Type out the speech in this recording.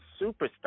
Superstar